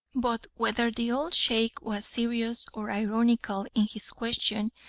but whether the old sheikh was serious or ironical in his question,